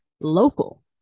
local